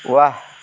ৱাহ